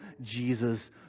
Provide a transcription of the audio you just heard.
Jesus